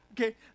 Okay